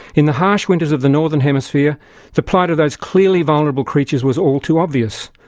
in the harsh winters of the northern hemisphere the plight of those clearly vulnerable creatures was all too obvious.